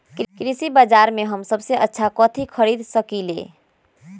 कृषि बाजर में हम सबसे अच्छा कथि खरीद सकींले?